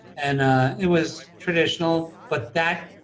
and it was traditional, but that,